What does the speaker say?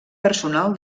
personal